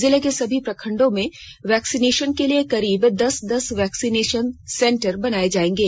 जिले के सभी प्रखंडों में वैक्सीनेशन के लिए करीब दस दस वैक्सीनेशन सेंटर बनाए जाएंगे